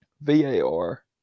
VAR